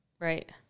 right